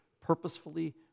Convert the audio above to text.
purposefully